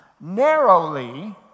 Narrowly